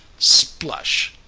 splush!